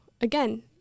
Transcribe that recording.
again